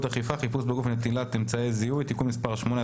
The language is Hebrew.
אכיפה חיפוש בגוף ונטילת אמצעי זיהוי) (תיקון מס' 8),